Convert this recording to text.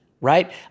right